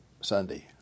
Sunday